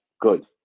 Good